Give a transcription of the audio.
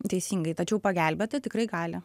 teisingai tačiau pagelbėt tai tikrai gali